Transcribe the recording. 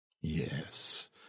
Yes